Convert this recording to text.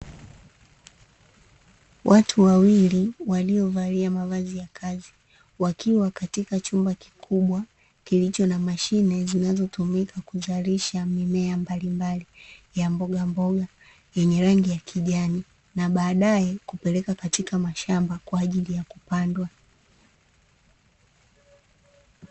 Watu wawili waliovalia mavazi ya kazi wakiwa katika chumba kikubwa kilicho na mashine zinazotumika kuzalisha mimea mbalimbali ya mbogamboga yenye rangi ya kijani, na baadaye kupelekwa katika mashamba kwa ajili ya kupandwa.